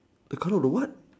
the colour of the what